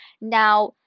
Now